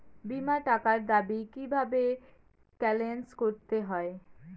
বিমার টাকার দাবি কিভাবে ক্লেইম করতে হয়?